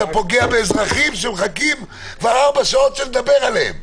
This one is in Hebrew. אתה מחכה לאזרחים שמחכים כבר ארבע שעות שנדבר עליהן.